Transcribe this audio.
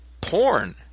porn